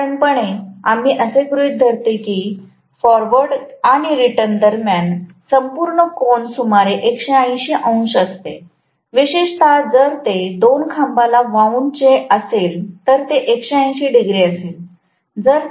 साधारणपणे आम्ही असे गृहीत धरते की फॉरवर्ड आणि रिटर्न दरम्यान संपूर्ण कोन सुमारे 180 अंश असते विशेषत जर ते दोन खांबाला वाऊंड चे असेल तर ते 180 डिग्री असेल